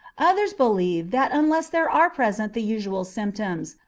others believe that unless there are present the usual symptoms,